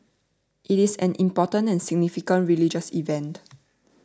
it is an important and significant religious event